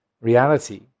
reality